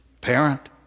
Parent